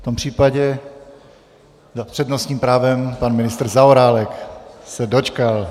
V tom případě s přednostním právem pan ministr Zaorálek se dočkal.